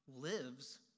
lives